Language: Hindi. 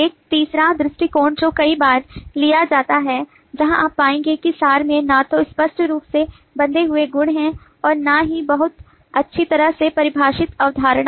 एक तीसरा दृष्टिकोण जो कई बार लिया जाता है जहां आप पाएंगे कि सार में न तो स्पष्ट रूप से बंधे हुए गुण हैं और न ही बहुत अच्छी तरह से परिभाषित अवधारणा है